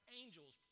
angels